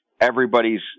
everybody's